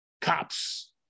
cops